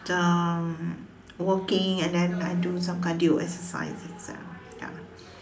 um walking and then I do some cardio exercises ah ya